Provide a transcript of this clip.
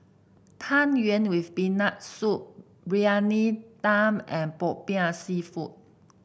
Tang Yuen with Peanut Soup Briyani Dum and popiah seafood